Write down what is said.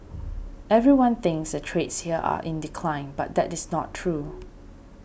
everyone thinks the trades here are in decline but that is not true